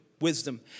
wisdom